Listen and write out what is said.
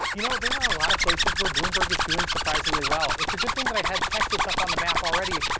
you know there are a lot of places where bloomberg is doing surprisingly well. it's a good thing but i had texas on the map already.